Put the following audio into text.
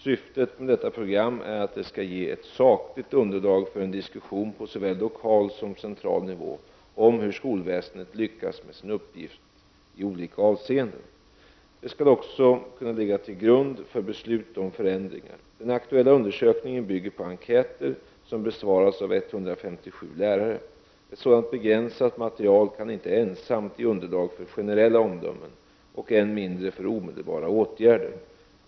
Syftet med detta program är att det skall ge ett sakligt underlag för en diskussion på såväl lokal som central nivå om hur skolväsendet lyckats med sin uppgift i olika avseenden. Det skall också kunna ligga till grund för beslut om förändringar. Den aktuella undersökningen bygger på enkäter som besvarats av 157 lärare. Ett sådant begränsat material kan inte ensamt ge underlag för generella omdömen och än mindre för omedelbara åtgärder.